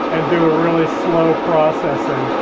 do a really slow processing